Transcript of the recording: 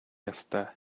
ёстой